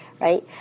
right